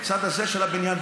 בצד הזה של הבניין,